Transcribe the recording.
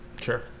Sure